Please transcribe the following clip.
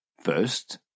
First